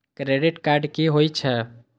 Credit card की होई छै?